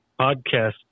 podcast